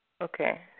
Okay